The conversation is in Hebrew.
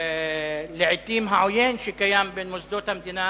ולעתים העוין שקיים בין מוסדות המדינה